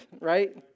right